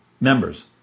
members